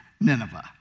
Nineveh